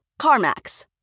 CarMax